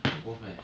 worth meh